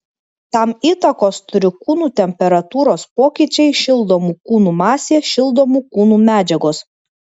tam įtakos turi kūnų temperatūros pokyčiai šildomų kūnų masė šildomų kūnų medžiagos